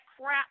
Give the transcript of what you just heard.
crap